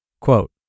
Quote